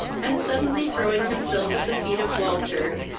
and, suddenly throwing himself at the feet of walter,